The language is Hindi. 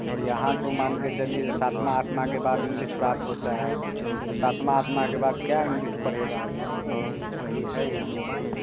और यहाँ तो मान के चलिए सातवाँ आठवाँ के बाद इंग्लिस प्राप्त होता है तो सातवाँ आठवाँ के बाद क्या इंग्लिस पढ़ेगा आदमी वही है यहाँ पर